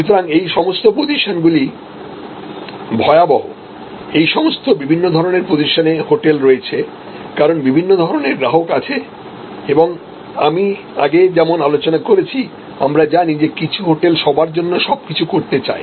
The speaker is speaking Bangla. সুতরাং এই সমস্ত পজিশনগুলি ভয়াবহ এই সমস্ত বিভিন্ন ধরণের পজিশনে হোটেল রয়েছে কারণ বিভিন্ন ধরণের গ্রাহক আছে এবং আমি আগে যেমন আলোচনা করেছি আমরা জানি যে কিছু হোটেল সবার জন্য সব কিছু করতে চায়